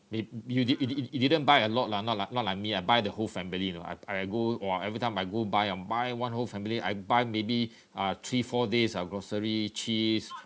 may~ you didn't you didn't you didn't buy a lot lah not like not like me ah buy the whole family you know I I go !wah! every time I go buy ah buy one whole family I buy maybe uh three four days of grocery cheese